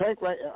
right